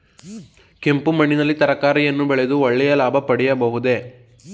ಕೆಂಪು ಮಣ್ಣಿನಲ್ಲಿ ತರಕಾರಿಗಳನ್ನು ಬೆಳೆದು ಒಳ್ಳೆಯ ಲಾಭ ಪಡೆಯಬಹುದೇ?